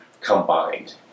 combined